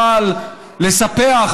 אבל לספח,